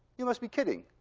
you must be kidding.